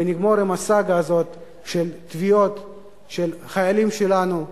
ונגמור עם הסאגה הזאת של תביעות של חיילים שלנו,